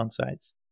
downsides